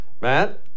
Matt